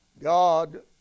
God